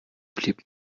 blieb